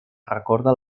recorda